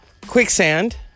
Quicksand